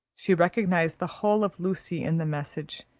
she recognised the whole of lucy in the message,